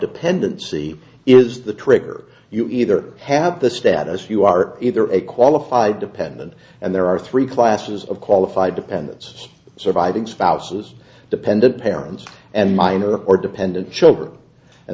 dependency is the trigger you either have the status you are either a qualified dependent and there are three classes of qualified dependents surviving spouses dependent parents and minor or dependent children and